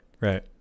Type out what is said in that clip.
right